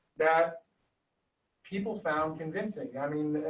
that people found convincing. i mean,